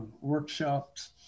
workshops